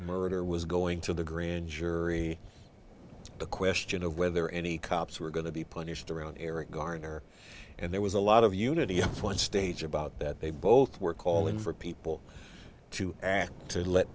murder was going to the grand jury the question of whether any cops were going to be punished around eric garner and there was a lot of unity at one stage about that they both were calling for people to act to let